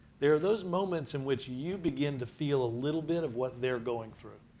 there are those moments in which you begin to feel a little bit of what they're going through.